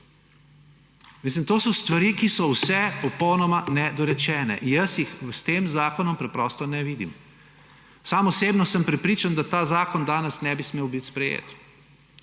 To so stvari, ki so vse popolnoma nedorečene. Jaz jih s tem zakonom preprosto ne vidim. Sam osebno sem prepričan, da ta zakon danes ne bi smel biti sprejet.